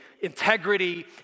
integrity